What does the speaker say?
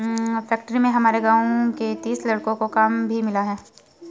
factory में हमारे गांव के तीस लड़कों को काम भी मिला है